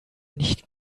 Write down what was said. nicht